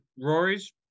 Rory's